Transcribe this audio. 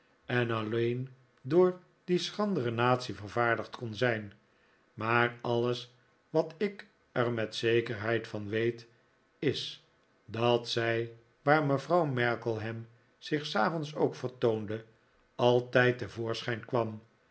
en alleen door die schrandere natie vervaardigd kon zijn maar alles wat ik er met zekerheid van weet is dat zij waar mevrouw markleham zich s avonds ook vertoonde altijd te voorschijn kwam